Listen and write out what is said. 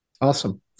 awesome